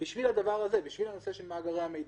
בשביל זה, בשביל הנושא של מאגרי המידע.